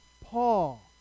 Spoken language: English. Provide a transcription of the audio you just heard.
Paul